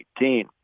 2018